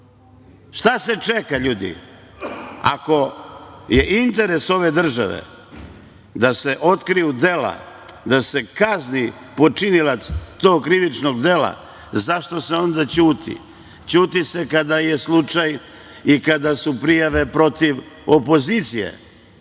Šta se čeka, ljudi? Ako je interes ove države da se otkriju dela, da se kazni počinilac tog krivičnog dela. Zašto se onda ćuti? Ćuti se kada je slučaj i kada su prijave protiv opozicije,